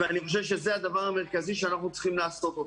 אני חושב שזה הדבר המרכזי שאנחנו צריכים לעשות אותו.